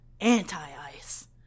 anti-ice